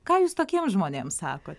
ką jūs tokiems žmonėms sakot